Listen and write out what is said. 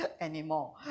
anymore